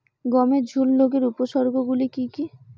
গমের ঝুল রোগের উপসর্গগুলি কী কী?